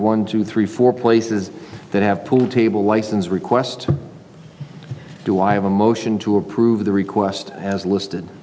one two three four places that have pool table license request do i have a motion to approve the request has listed